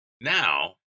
Now